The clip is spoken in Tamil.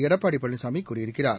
எடப்பாடிபழனிசாமிகூறியிருக்கிறார்